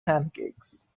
pancakes